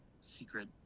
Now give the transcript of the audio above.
secret